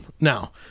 Now